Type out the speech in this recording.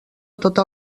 totes